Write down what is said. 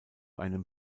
einem